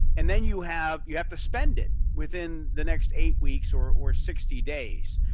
and, then you have you have to spend it within the next eight weeks or or sixty days.